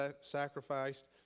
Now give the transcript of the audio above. sacrificed